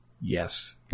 yes